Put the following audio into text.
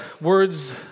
words